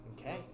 Okay